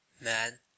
Man